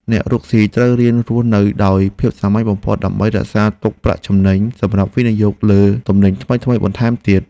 អ្នករកស៊ីត្រូវរៀនរស់នៅដោយភាពសាមញ្ញបំផុត ដើម្បីរក្សាទុកប្រាក់ចំណេញសម្រាប់វិនិយោគលើទំនិញថ្មីៗបន្ថែមទៀត។